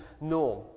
norm